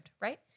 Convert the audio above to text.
right